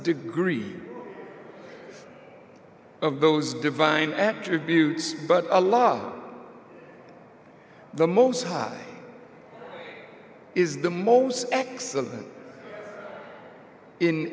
degree of those divine attributes but a lot of the most high is the most excellent in